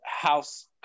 house